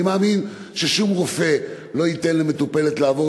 אני מאמין ששום רופא לא ייתן למטופלת לעבור